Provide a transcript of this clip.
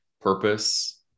purpose